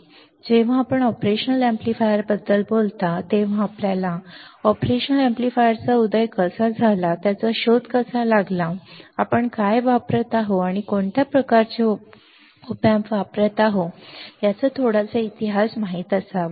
आता जेव्हा आपण ऑपरेशन एम्पलीफायरबद्दल बोलता तेव्हा आपल्याला ऑपरेशनल अॅम्प्लीफायरचा कसा उदय झाला आणि त्याचा शोध कसा लागला आणि आता आपण काय वापरत आहोत किंवा आपण कोणत्या प्रकारचे ऑप एम्प्स वापरत आहोत याचा थोडासा इतिहास माहित असावा